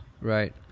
Right